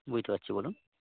বুঝতে পারছি বলুন